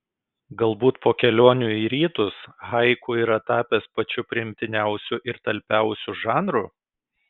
galbūt po kelionių į rytus haiku yra tapęs pačiu priimtiniausiu ir talpiausiu žanru